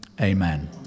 Amen